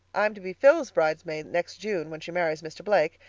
i'm to be phil's bridesmaid next june, when she marries mr. blake,